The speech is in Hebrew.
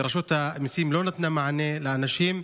ורשות המיסים לא נתנה מענה לאנשים.